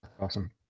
Awesome